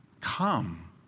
come